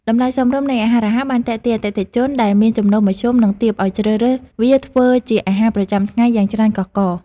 តម្លៃសមរម្យនៃអាហាររហ័សបានទាក់ទាញអតិថិជនដែលមានចំណូលមធ្យម និងទាបឲ្យជ្រើសរើសវាធ្វើជាអាហារប្រចាំថ្ងៃយ៉ាងច្រើនកុះករ។